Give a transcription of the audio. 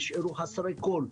נשארו חסרי כל.